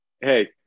hey